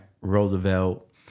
Roosevelt